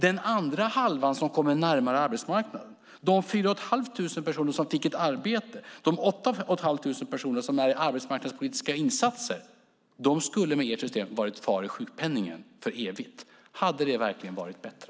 Den andra halvan som kommer närmare arbetsmarknaden, de omkring 4 500 personer som fick ett arbete, de omkring 8 500 personer som befinner sig i arbetsmarknadspolitiska insatser, skulle med ert system varit kvar i sjukpenningen för evigt. Hade det verkligen varit bättre?